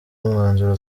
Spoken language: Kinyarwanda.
umwanzuro